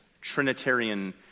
Trinitarian